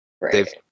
Right